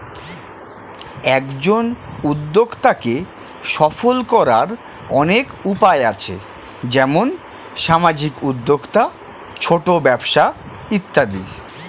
একজন উদ্যোক্তাকে সফল করার অনেক উপায় আছে, যেমন সামাজিক উদ্যোক্তা, ছোট ব্যবসা ইত্যাদি